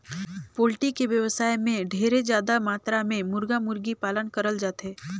poultry के बेवसाय में ढेरे जादा मातरा में मुरगा, मुरगी पालन करल जाथे